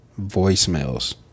voicemails